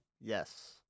Yes